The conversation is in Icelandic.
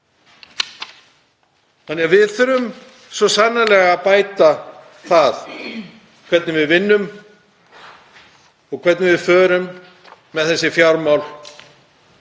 hluti. Við þurfum svo sannarlega að bæta það hvernig við vinnum og hvernig við förum með þessi fjármál